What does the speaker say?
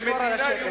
לשמור על השקט,